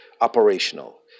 operational